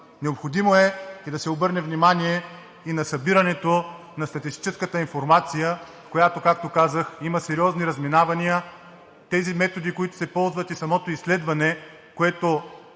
Необходимо е да се обърне внимание и на събиране на статистическата информация, в която, както казах, има сериозни разминавания. Тези методи, които се ползват – самото изследване, което